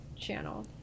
channel